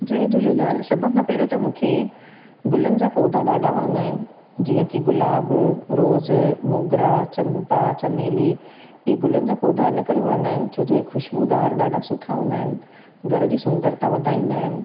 जय झूलेलाल सभ खां पहिरियों त मूंखे गुलनि जा पौधा ॾाढा वणंदा आहिनि जीअं कि गुलाब रोज़ मोगरा चंपा चमेली इहे गुलनि जा पौधा इन करे वणंदा आहिनि छो जो हे ख़ुशबूदार ॾाढा सुठा हूंदा आहिनि घर जी सुंदरता वधाईंदा आहिनि